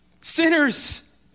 sinners